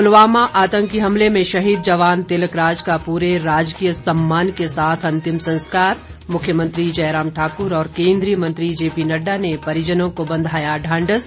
पुलवामा आतंकी हमले में शहीद जवान तिलकराज का पूरे राजकीय सम्मान के साथ अंतिम संस्कार मुख्यमंत्री जयराम ठाकुर और केन्द्रीय मंत्री जेपीनड्डा ने परिजनों को बंधाया ढांढस